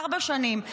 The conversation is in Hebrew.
ארבע שנים.